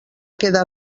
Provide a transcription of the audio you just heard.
queda